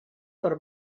per